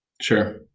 sure